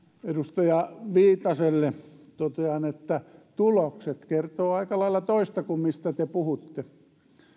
edustaja viitaselle totean että tulokset kertovat aika lailla toista kuin mistä te puhutte